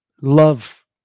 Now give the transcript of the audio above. Love